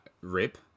RIP